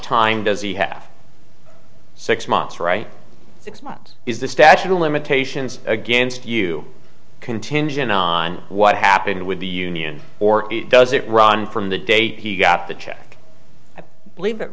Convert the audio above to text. time does he have six months right six months is the statute of limitations against you contingent on what happened with the union or does it run from the date he got the check